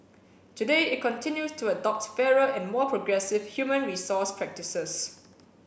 today it continues to adopt fairer and more progressive human resource practices